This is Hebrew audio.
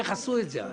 איך עשו את זה אז.